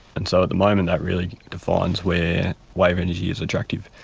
and so at the moment that really defines where wave energy is attractive.